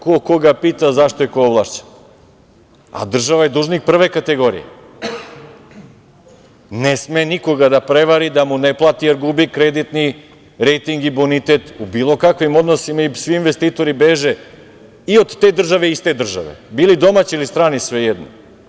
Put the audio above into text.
Ko koga pita za šta je ko ovlašćen, a država je dužnik prve kategorije, ne sme nikoga da prevari, da mu ne plati, jer gubi kreditni rejting i bonitet u bilo kakvim odnosima i svi investitori beže i od te države i iz te države, bili domaći ili strani, svejedno.